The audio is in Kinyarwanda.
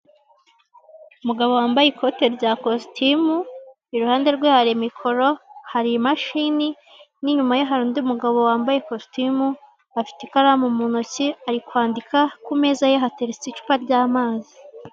Umugabo wambaye ikote rya kositimu iruhande rwe hari mikoro, hari imashini, n'inyuma ye hari undi mugabo wambaye ikositimu afite ikaramu mu ntoki ari kwandika ku meza ye hateretse icupa ry'amazi.